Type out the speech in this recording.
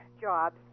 jobs